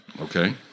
Okay